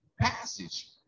passage